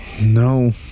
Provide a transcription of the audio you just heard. no